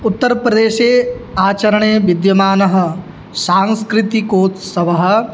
उत्तरप्रदेशे आचर्णे बिद्यमानः सांस्कृतिकोत्सवः